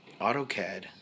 AutoCAD